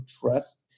trust